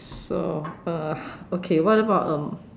so uh okay what about um